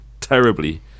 terribly